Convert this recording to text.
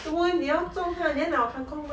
做莫 leh 你要种 ah 你要拿我 kang kong 吗